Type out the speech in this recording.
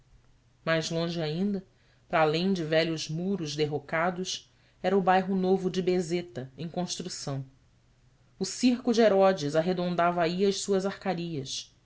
mais longe ainda para além de velhos muros derrocadas era o bairro novo de bezeta em construção o circo de herodes arredondava aí as suas arcarias